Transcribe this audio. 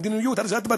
מדיניות הריסת בתים,